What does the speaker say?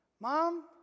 Mom